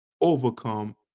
overcome